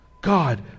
God